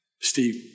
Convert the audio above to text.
Steve